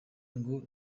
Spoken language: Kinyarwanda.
ngo